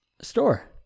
store